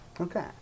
Okay